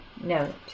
note